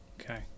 Okay